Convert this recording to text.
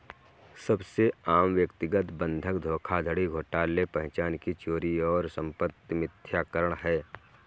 सबसे आम व्यक्तिगत बंधक धोखाधड़ी घोटाले पहचान की चोरी और संपत्ति मिथ्याकरण है